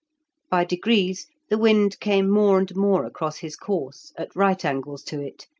by degrees the wind came more and more across his course, at right angles to it,